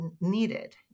needed